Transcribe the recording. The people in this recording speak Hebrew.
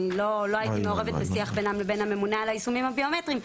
לא הייתי מעורבת בשיח בינם לבין הממונה על היישומים הביומטריים,